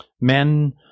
Men